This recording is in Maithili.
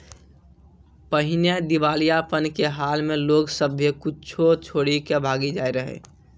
पहिने दिबालियापन के हाल मे लोग सभ्भे कुछो छोरी के भागी जाय रहै